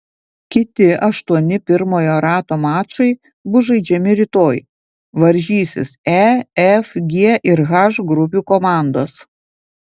kiti aštuoni pirmojo rato mačai bus žaidžiami rytoj varžysis e f g ir h grupių komandos